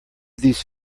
these